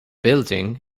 building